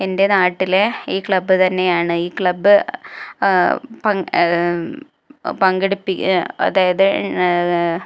എൻ്റെ നാട്ടിലെ ഈ ക്ലബ് തന്നെയാണ് ഈ ക്ലബ് പങ്കെടുപ്പിക്കാൻ അതായത്